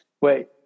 wait